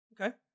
Okay